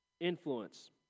influence